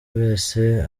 wese